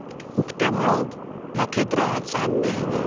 उक्तें मळब नखेत्रां चान्नें